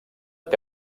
que